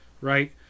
right